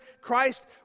Christ